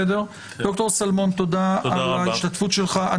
ד"ר שלמון, תודה על ההשתתפות שלך.